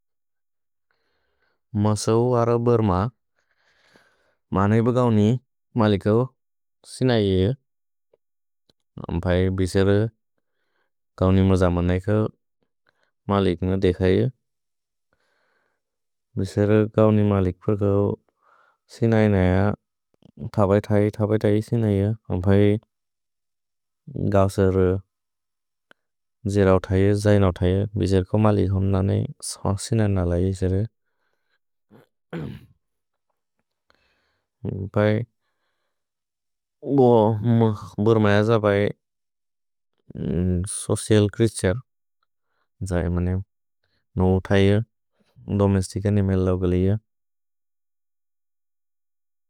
मसौ अर बर्म मनैब गौनि मलिकौ सिनैये। अम्फै बिसेर गौनि मज मन्नैकौ मलिक् न देखैये। भिसेर गौनि मलिक् प्रगौ सिनै नय थबै थै थबै थै सिनैये अम्फै। गौसर जेरओ थैये जै नओ थैये बिसेर कौ मलिक् हम्न नने ससिन नलै। भ्है बुर्म अज भै सोचिअल् च्रेअतुरे जै मने नओ थैये दोमेस्तिच निमे लोकलिअ।